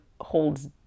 holds